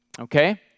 okay